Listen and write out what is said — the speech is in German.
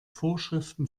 vorschriften